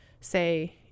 say